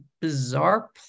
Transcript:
bizarre